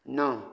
णव